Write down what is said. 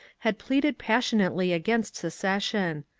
had pleaded passionately against secession.